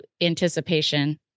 anticipation